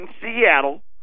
Seattle